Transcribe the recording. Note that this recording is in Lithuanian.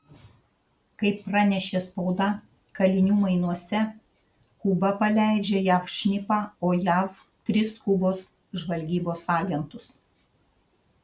kaip pranešė spauda kalinių mainuose kuba paleidžia jav šnipą o jav tris kubos žvalgybos agentus